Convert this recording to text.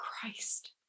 Christ